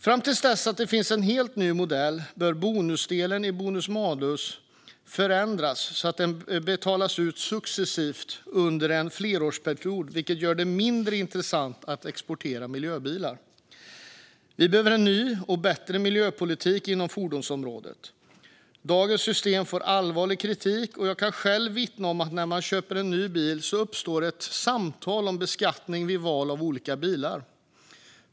Fram till dess att det finns en helt ny modell bör bonusdelen i bonus-malus-systemet förändras, så att den betalas ut successivt under en flerårsperiod, vilket gör det mindre intressant att exportera miljöbilar. Vi behöver en ny och bättre miljöpolitik på fordonsområdet. Dagens system får allvarlig kritik, och jag kan själv vittna om att när man köper ny bil uppstår ett samtal om beskattning vid val av olika bilar.